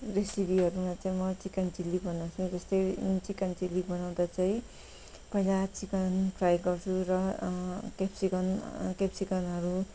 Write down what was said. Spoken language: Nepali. रेसिपीहरूमा चाहिँ म चिकन चिल्ली बनाउँछु जस्तै चिकन चिल्ली बनाउँदा चाहिँ पहिला चिकन फ्राई गर्छु र केप्सिकम केप्सिकमहरू